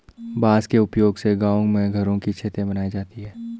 बांस के उपयोग से गांव में घरों की छतें बनाई जाती है